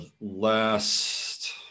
last